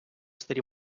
старі